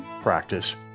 practice